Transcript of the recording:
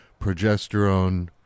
progesterone